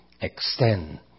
extend